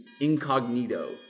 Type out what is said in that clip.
incognito